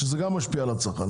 שזה גם משפיע על הצרכן.